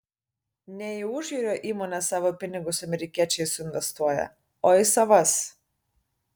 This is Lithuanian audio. ne į užjūrio įmones savo pinigus amerikiečiai suinvestuoja o į savas